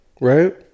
Right